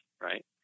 right